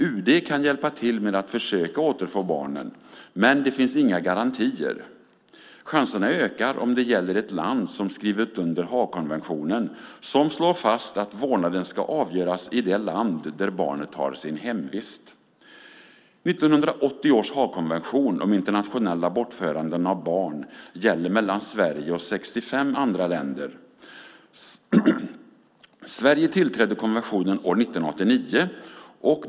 UD kan hjälpa till med att försöka återfå barnen, men det finns inga garantier. Chanserna ökar om det gäller ett land som skrivit under Haagkonventionen som slår fast att vårdnaden ska avgöras i det land där barnet har sin hemvist. 1980 års Haagkonvention om internationella bortföranden av barn gäller mellan Sverige och 65 andra länder. Sverige tillträdde konventionen år 1989.